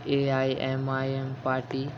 A I M I M party